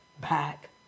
back